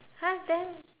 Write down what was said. !huh! then